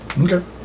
Okay